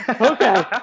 Okay